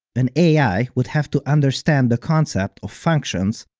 an ai would have to understand the concept of functions,